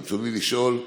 רצוני לשאול: